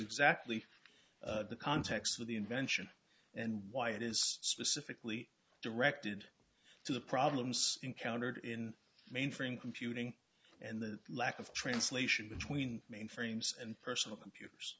exactly the context of the invention and why it is specifically directed to the problems encountered in mainframe computing and the lack of translation between mainframes and personal computers